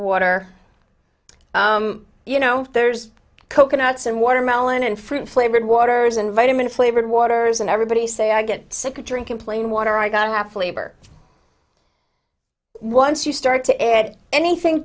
water you know there's coconuts and watermelon and fruit flavored waters and vitamin flavored waters and everybody say i get sick of drinking plain water i got half labor once you start to add anything